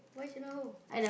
why she not home I